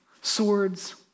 swords